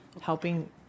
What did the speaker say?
helping